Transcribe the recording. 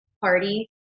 party